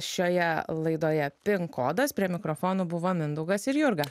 šioje laidoje pin kodas prie mikrofonų buvo mindaugas ir jurga